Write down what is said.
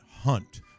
Hunt